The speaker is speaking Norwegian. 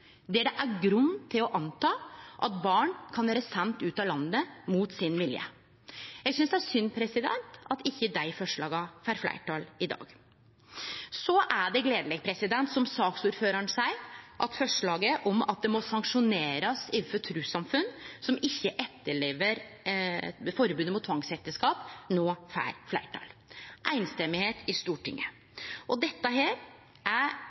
der det er grunn til å anta at barn kan vere sende ut av landet mot sin vilje. Eg synest det er synd at ikkje dei forslaga får fleirtal i dag. Så er det gledeleg, som saksordføraren seier, at forslaget om at det må sanksjonerast overfor trussamfunn som ikkje etterlever forbodet mot tvangsekteskap, no får fleirtal – samrøystes – i Stortinget. Dette er